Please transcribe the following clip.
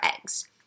eggs